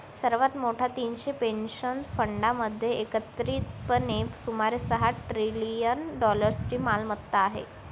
सर्वात मोठ्या तीनशे पेन्शन फंडांमध्ये एकत्रितपणे सुमारे सहा ट्रिलियन डॉलर्सची मालमत्ता आहे